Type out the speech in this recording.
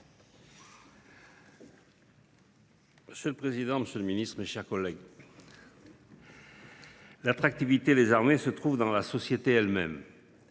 Monsieur le président, monsieur le ministre, mes chers collègues, l’attractivité des armées dépend de la société elle même,